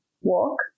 walk